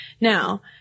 Now